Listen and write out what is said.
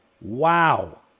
wow